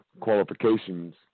qualifications